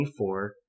24